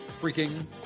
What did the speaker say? Freaking